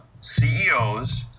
CEOs